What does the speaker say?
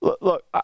Look